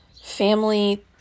Family